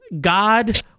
God